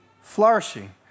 flourishing